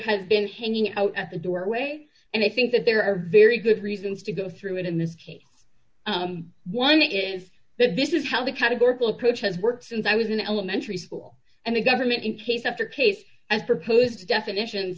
has been hanging out at the doorway and i think that there are very good reasons to go through it in this case one it is that this is how the categorical approach has worked since i was in elementary school and the government in case after case has proposed definitions